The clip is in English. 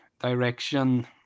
Direction